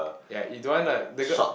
ya you don't want uh the girl